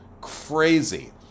Crazy